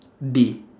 day